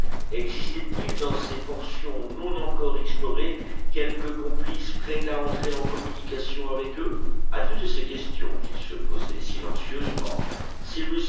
existait-il dans ses portions non encore explorées quelque complice prêt à entrer en communication avec eux à toutes ces questions qu'il se posait silencieusement cyrus